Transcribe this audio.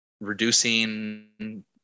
reducing